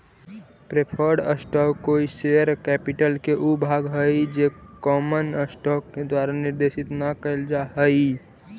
preferred stock कोई share capital के ऊ भाग हइ जे कॉमन स्टॉक के द्वारा निर्देशित न कैल जा हइ